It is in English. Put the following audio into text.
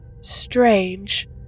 Strange